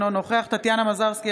אינו נוכח טטיאנה מזרסקי,